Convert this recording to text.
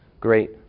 great